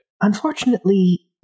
Unfortunately